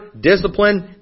discipline